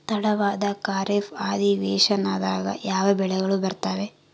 ತಡವಾದ ಖಾರೇಫ್ ಅಧಿವೇಶನದಾಗ ಯಾವ ಬೆಳೆಗಳು ಬರ್ತಾವೆ?